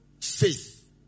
faith